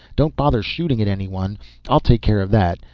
don't bother shooting at anyone i'll take care of that.